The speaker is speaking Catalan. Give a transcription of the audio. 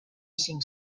cinc